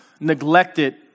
neglected